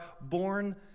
born